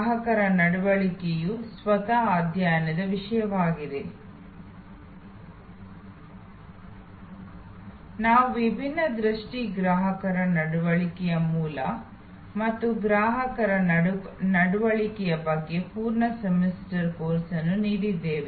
ಗ್ರಾಹಕರ ನಡವಳಿಕೆಯು ಸ್ವತಃ ಅಧ್ಯಯನದ ವಿಷಯವಾಗಿದೆ ನಾವು ವಿಭಿನ್ನ ದೃಷ್ಟಿ ಗ್ರಾಹಕರ ನಡವಳಿಕೆಯ ಮೂಲ ಮತ್ತು ಗ್ರಾಹಕರ ನಡವಳಿಕೆಯ ಬಗ್ಗೆ ಪೂರ್ಣ ಸೆಮಿಸ್ಟರ್ ಕೋರ್ಸ್ಗಳನ್ನು ನೀಡಿದ್ದೇವೆ